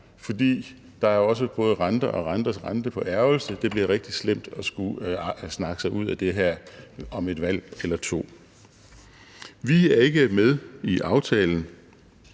For der er jo også både renter og renters rente på ærgrelse. Det bliver rigtig slemt at skulle snakke sig ud af det her om et valg eller to. Vi er ikke med i aftalen,